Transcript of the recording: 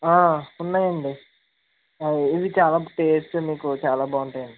ఉన్నాయండి ఇవి చాలా టేస్టు మీకు చాలా బాగుంటాయి అండి